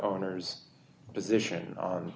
owner's position on